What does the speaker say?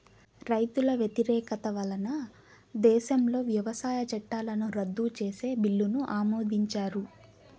రైతుల వ్యతిరేకత వలన దేశంలో వ్యవసాయ చట్టాలను రద్దు చేసే బిల్లును ఆమోదించారు